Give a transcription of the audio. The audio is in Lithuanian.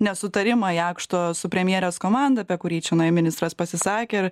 nesutarimą jakšto su premjerės komanda apie kurį čionai ministras pasisakė ir